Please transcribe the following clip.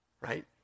right